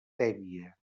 tèbia